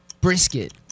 Brisket